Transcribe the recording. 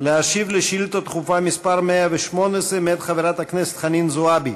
להשיב על שאילתה דחופה מס' 118 מאת חברת הכנסת חנין זועבי.